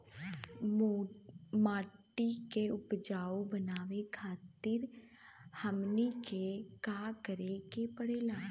माटी के उपजाऊ बनावे खातिर हमनी के का करें के पढ़ेला?